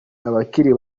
abakiri